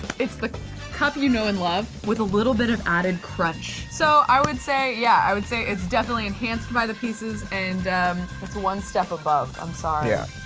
it's the cup you know and love, with a little bit of added crunch. so, i would say yeah, i would say it's definitely enhanced by the pieces, and it's one step above, i'm sorry. yeah